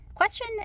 Question